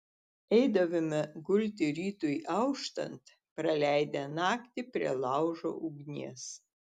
eidavome gulti rytui auštant praleidę naktį prie laužo ugnies